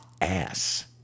ass